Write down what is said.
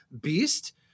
beast